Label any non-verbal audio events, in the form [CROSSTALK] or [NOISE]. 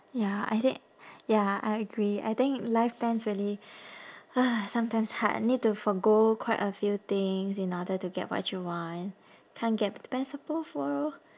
ya I thi~ ya I agree I think life plans really [BREATH] sometimes ha need to forgo quite a few things in order to get what you want can't get the best of both worlds